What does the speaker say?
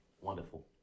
Wonderful